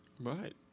Right